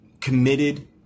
committed